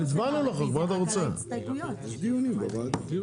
הייעוץ המשפטי ומנהל הוועדה.